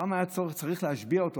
אברהם היה צריך להשביע אותו,